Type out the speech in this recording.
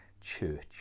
church